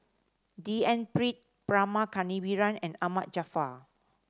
D N Pritt Rama Kannabiran and Ahmad Jaafar